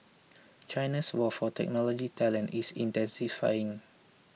China's war for technology talent is intensifying